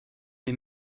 est